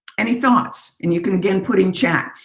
any thoughts? and you can, again, put in chat,